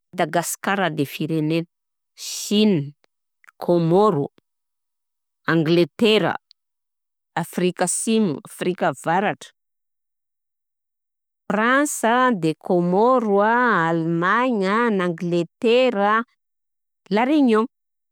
Dagasikara de firenena, Chine, Kômaoro, Angletera, Afrika Asimo, Afrika Avaratra, Fransa de Kômaoro a, Allemagne a, na Angletera a, La Réunion.